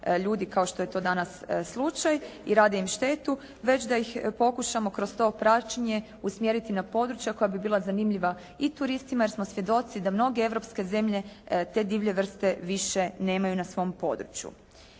kao što je to danas slučaj i rade im štetu, već da ih pokušamo kroz to praćenje usmjeriti na područja koja bi bila zanimljiva i turistima, jer smo svjedoci da mnoge europske zemlje te divlje vrste više nemaju na svom području.